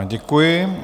Děkuji.